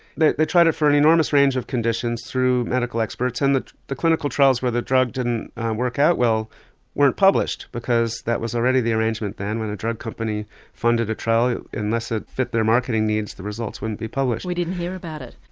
they tried it for an enormous range of conditions through medical experts and the the clinical trials where the drug didn't work out well weren't published, because that was already the arrangement then, when a drug company funded a trial unless it fit their marketing needs the results wouldn't be published. we didn't hear about it.